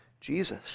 Jesus